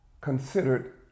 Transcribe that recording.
considered